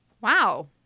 Wow